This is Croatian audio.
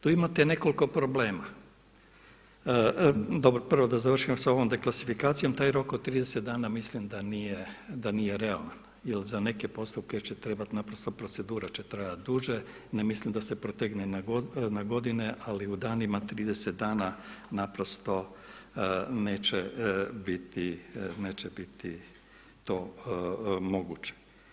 Tu imate nekoliko problema, prvo da završim sa ovom deklasifikacijom taj rok od 30 dana mislim da nije realan jer za neke postupke će trebati procedura će trajati duže, ne mislim da se protegne na godine, ali u danima 30 dana neće biti to moguće.